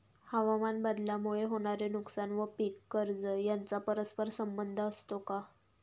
हवामानबदलामुळे होणारे नुकसान व पीक कर्ज यांचा परस्पर संबंध असतो का?